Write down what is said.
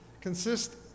consist